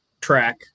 track